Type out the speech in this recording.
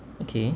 okay